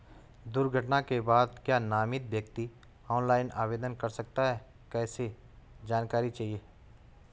दुर्घटना के बाद क्या नामित व्यक्ति ऑनलाइन आवेदन कर सकता है कैसे जानकारी चाहिए?